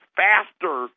faster